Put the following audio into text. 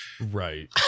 Right